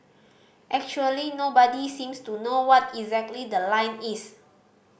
actually nobody seems to know what exactly the line is